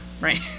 right